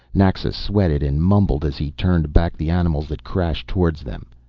naxa sweated and mumbled as he turned back the animals that crashed towards them.